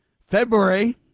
February